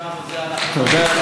(מחיאות כפיים) תודה.